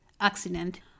accident